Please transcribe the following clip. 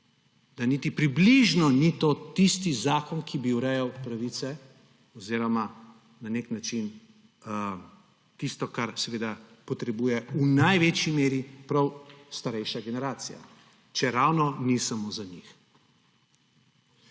da niti približno ni to tisti zakon, ki bi urejal pravice oziroma na nek način tisto, kar potrebuje v največji meri prav starejša generacija, čeravno ni samo za njih.